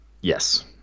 Yes